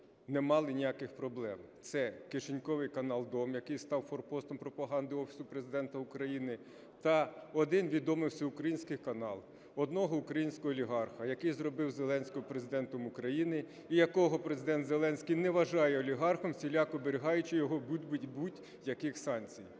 не мали ніяких проблем. Це кишеньковий канал "Дом", який став форпостом пропаганди Офісу Президента України, та один відомий всеукраїнський канал одного українського олігарха, який зробив Зеленського Президентом України і якого Президент Зеленський не вважає олігархом, всіляко оберігаючи його від будь-яких санкцій.